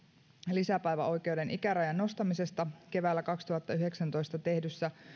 lisäpäiväoikeuden ikärajan nostamisesta keväällä kaksituhattayhdeksäntoista tehdyssä